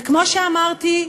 וכמו שאמרתי,